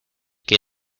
que